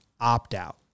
opt-out